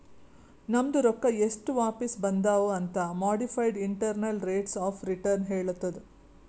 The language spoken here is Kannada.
ನಮ್ದು ರೊಕ್ಕಾ ಎಸ್ಟ್ ವಾಪಿಸ್ ಬಂದಾವ್ ಅಂತ್ modified internal rates of return ಹೇಳತ್ತುದ್